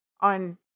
on